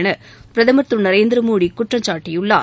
என பிரதமர் திரு நரேந்திரமோடி குற்றம்சாட்டியுள்ளார்